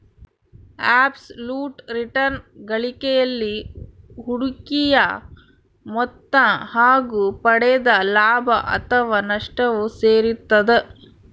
abs ಲುಟ್ return ಗಳಿಕೆಯಲ್ಲಿ ಹೂಡಿಕೆಯ ಮೊತ್ತ ಹಾಗು ಪಡೆದ ಲಾಭ ಅಥಾವ ನಷ್ಟವು ಸೇರಿರ್ತದ